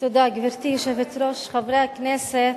גברתי היושבת-ראש, תודה, חברי הכנסת,